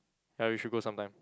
ya we should go sometime